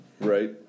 Right